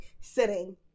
sitting